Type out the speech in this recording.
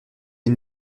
est